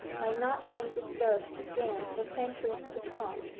might not be disturbed again for centuries to come,